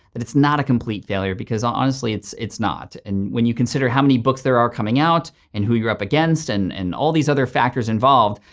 that it's not a complete failure because honestly it's it's not. and when you consider how many books there are coming out and who you're up against and and all these other factors involved,